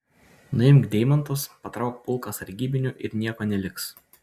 nuimk deimantus patrauk pulką sargybinių ir nieko neliks